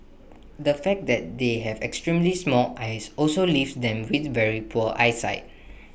the fact that they have extremely small eyes also leaves them with very poor eyesight